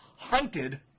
hunted